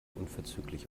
unverzüglich